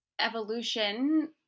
evolution